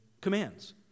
commands